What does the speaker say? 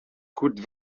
coûte